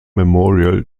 memorial